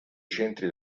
centri